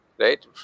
right